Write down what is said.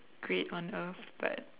great on earth but